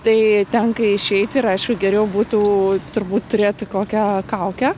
tai tenka išeiti ir aišku geriau būtų turbūt turėti kokią kaukę